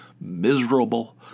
miserable